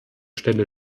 stelle